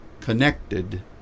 connected